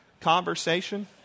conversation